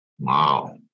Wow